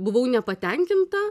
buvau nepatenkinta